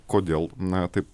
kodėl na taip